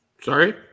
sorry